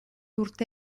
urte